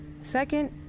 Second